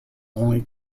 only